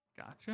Gotcha